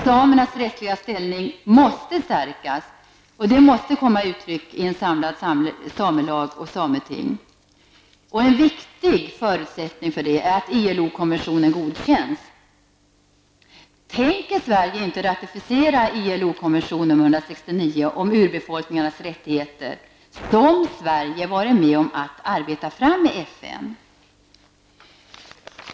Samernas rättsliga ställning måste stärkas, och detta måste komma till uttryck i en samlad samelag och ett sameting. En viktig förutsättning för detta är att ILO konventionen godkänns. Tänker Sverige inte ratificera ILO-konventionen nr 169 om urbefolkningarnas rättigheter, som Sverige har varit med om att arbeta fram i FN?